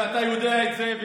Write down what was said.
ואתה יודע את זה,